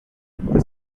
des